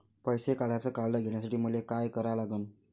पैसा काढ्याचं कार्ड घेण्यासाठी मले काय करा लागन?